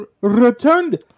returned